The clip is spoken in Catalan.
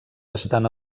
estan